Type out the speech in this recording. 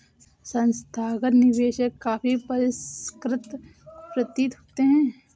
संस्थागत निवेशक काफी परिष्कृत प्रतीत होते हैं